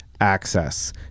Access